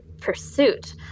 Pursuit